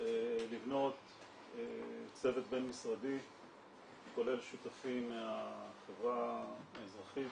לבנות צוות בין משרדי שכולל שותפים מהחברה האזרחית,